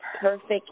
perfect